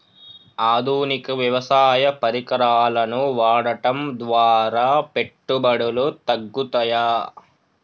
ఆధునిక వ్యవసాయ పరికరాలను వాడటం ద్వారా పెట్టుబడులు తగ్గుతయ?